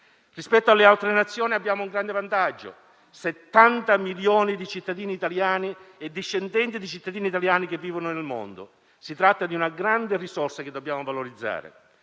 Rispetto alle altre Nazioni abbiamo un grande vantaggio: 70 milioni di cittadini italiani e discendenti di cittadini italiani vivono nel mondo. Si tratta di una grande risorsa che dobbiamo valorizzare.